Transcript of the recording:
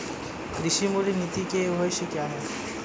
कृषि मूल्य नीति के उद्देश्य क्या है?